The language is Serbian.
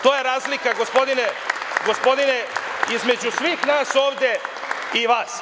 To je razlika, gospodine, između svih nas ovde i vas.